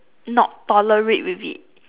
not tolerate with it